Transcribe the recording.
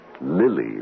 Lily